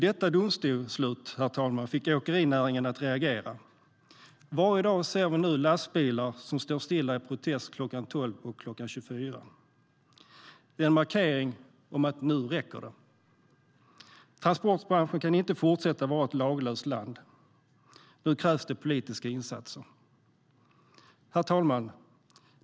Detta domslut fick åkerinäringen att reagera. Varje dag ser vi nu lastbilar som står stilla i protest kl. 12 och kl. 24. Det är en markering om att det nu räcker. Transportbranschen kan inte fortsätta vara ett laglöst land. Nu krävs det politiska insatser. Herr talman!